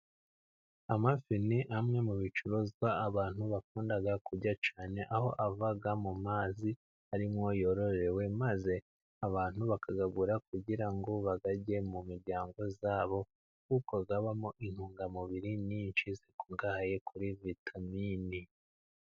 Amafi ni amwe mu bicuruzwa abantu bakunda kurya cyane, aho akunda kuba mu mazi ari mo yororewe, maze abantu bakayagura kugira ngo bagarye mu miryango yabo. Kuko abamo intungamubiri nyinshi zikungahaye kuri vitamine.